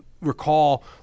recall